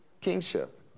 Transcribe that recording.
kingship